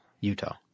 Utah